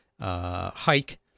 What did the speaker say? hike